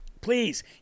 please